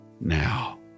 now